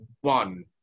one